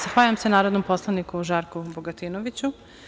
Zahvaljujem se narodnom poslaniku Žarku Bogatinoviću.